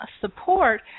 support